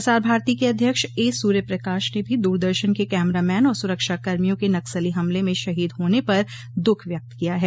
प्रसार भारती के अध्यक्ष ए सूर्यप्रकाश ने भी दूरदर्शन के कैमरा मैन और सुरक्षाकर्मियों के नक्सली हमले में शहीद होने पर दुःख व्यक्त किया है